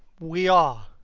we are.